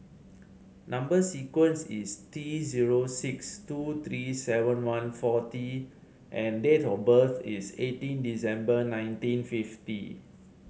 number sequence is T zero six two three seven one four T and date of birth is eighteen December nineteen fifty